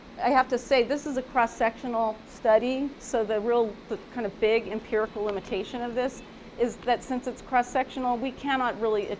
i have to say this is a cross-sectional study, so the real kind of big empirical limitation of this is that since it's cross-sectional we cannot really,